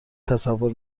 تصور